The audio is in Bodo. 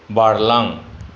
बारलां